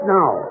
now